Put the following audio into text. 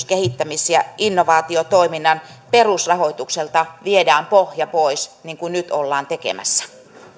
kehittämis ja innovaatiotoiminnan perusrahoitukselta viedään pohja pois niin kuin nyt ollaan tekemässä